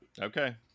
Okay